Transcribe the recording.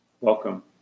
Welcome